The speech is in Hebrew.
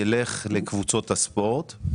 ילך לקבוצות הספורט.